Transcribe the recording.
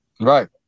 Right